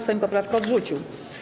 Sejm poprawkę odrzucił.